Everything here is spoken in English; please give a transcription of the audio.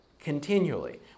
continually